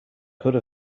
could